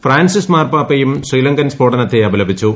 Francis മാർപാപ്പയും ശ്രീലങ്കൻ സ്ഫോടനത്തെ അപലപിച്ചു